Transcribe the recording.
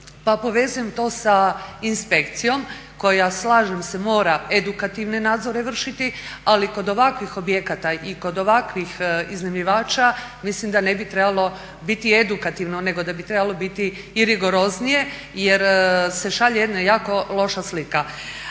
Pa povezujem to sa inspekcijom koja slažem se mora edukativne nadzore vršiti ali kod ovakvih objekata i kod ovakvih iznajmljivača mislim da ne bi trebalo biti edukativno nego da bi trebalo biti i rigoroznije jer se šalje jedna jako loša slika.